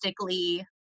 logistically